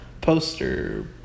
poster